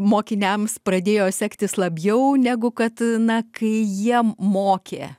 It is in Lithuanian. mokiniams pradėjo sektis labiau negu kad na kai jie mokė